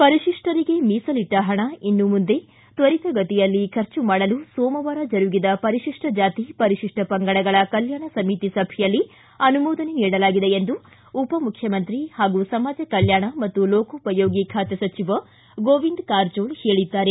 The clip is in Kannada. ಪರಿಶಿಷ್ಟರಿಗೆ ಮೀಸಲಿಟ್ಟ ಹಣ ಇನ್ನು ಮುಂದೆ ತ್ವರಿತಗತಿಯಲ್ಲಿ ಖರ್ಚು ಮಾಡಲು ಸೋಮವಾರ ಜರುಗಿದ ಪರಿಶಿಷ್ಟ ಜಾತಿ ಪರಿತಿಷ್ಟ ಪಂಗಡಗಳ ಕಲ್ಟಾಣ ಸಮಿತಿ ಸಭೆಯಲ್ಲಿ ಅನುಮೋದನೆ ನೀಡಲಾಗಿದೆ ಎಂದು ಉಪಮುಖ್ಯಮಂತ್ರಿ ಹಾಗೂ ಸಮಾಜ ಕಲ್ಟಾಣ ಮತ್ತು ಲೋಕೋಪಯೋಗಿ ಖಾತೆ ಸಚಿವ ಗೋವಿಂದ ಕಾರಜೋಳ ಹೇಳಿದ್ದಾರೆ